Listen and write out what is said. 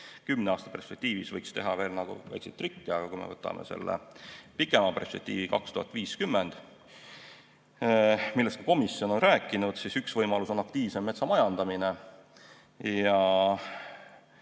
Kümne aasta perspektiivis võiks veel teha väikse triki, aga kui me võtame selle pikema perspektiivi, 2050, millest ka komisjon on rääkinud, siis üks võimalus on aktiivsem metsamajandamine ja